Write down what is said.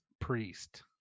Priest